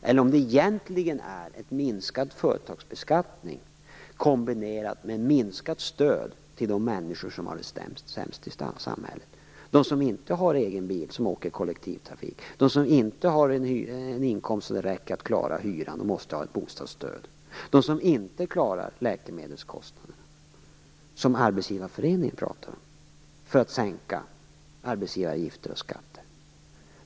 Det kanske egentligen är en minskad företagsbeskattning, kombinerad med minskat stöd till de människor som har det sämst i samhället, de som inte har egen bil och som åker kollektivtrafik, de som inte har en inkomst som räcker till hyran och måste ha ett bostadsstöd, de som inte klarar läkemedelskostnaderna. Det pratar Arbetsgivareföreningen om, för att få sänkta arbetsgivaravgifter och skatter.